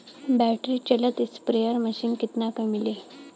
Battery चलत sprayer machine कितना क मिली?